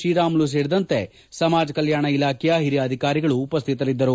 ಶ್ರೀರಾಮುಲು ಸೇರಿದಂತೆ ಸಮಾಜ ಕಲ್ಕಾಣ ಇಲಾಖೆಯ ಓರಿಯ ಅಧಿಕಾರಿಗಳು ಉಪಸ್ಥಿತರಿದ್ದರು